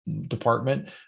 department